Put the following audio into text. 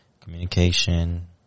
communication